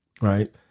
right